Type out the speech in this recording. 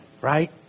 right